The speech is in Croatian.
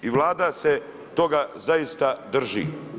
I Vlada se toga zaista drži.